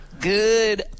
Good